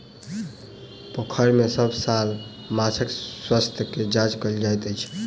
पोखैर में सभ साल माँछक स्वास्थ्य के जांच कएल जाइत अछि